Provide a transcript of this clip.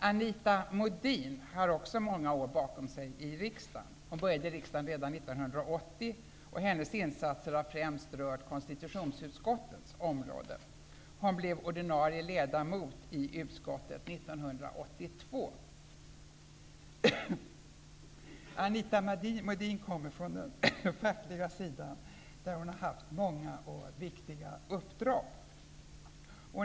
Anita Modin har också många år bakom sig i riksdagen. Hon började i riksdagen redan 1980, och hennes insatser har främst rört konstitutionsutskottets område. Hon blev ordinarie ledamot i utskottet 1982. Anita Modin kommer från den fackliga sidan, där hon har haft många och viktiga uppdrag.